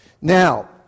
Now